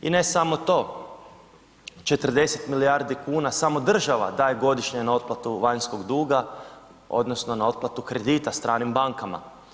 I ne samo to, 40 milijardi kuna samo država daje godišnje na otplatu vanjskog duga, odnosno na otplatu kredita stranim bankama.